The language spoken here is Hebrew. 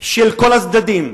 של כל הצדדים,